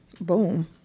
Boom